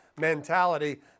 mentality